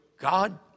God